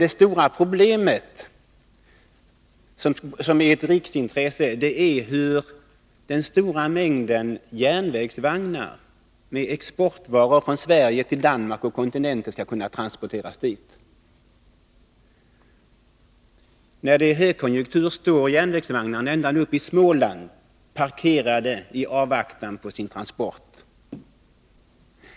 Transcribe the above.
Det stora problemet — som är ett riksintresse — är hur transporterna skall ordnas för den stora mängden järnvägsvagnar med exportvaror från Sverige till Danmark och vidare till kontinenten. När det är högkonjunktur står järnvägsvagnarna parkerade ända uppe i Småland i avvaktan på sin transport.